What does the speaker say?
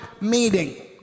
meeting